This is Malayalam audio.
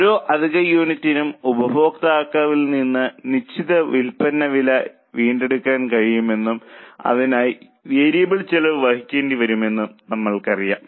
ഓരോ അധിക യൂണിറ്റിനും ഉപഭോക്താവിൽ നിന്ന് നിശ്ചിത വിൽപ്പന വില വീണ്ടെടുക്കാൻ കഴിയുമെന്നും അതിനായി വേരിയബിൾ ചെലവ് വഹിക്കേണ്ടിവരുമെന്നും നമ്മൾക്കറിയാം